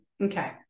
okay